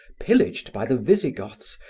pillaged by the visigoths,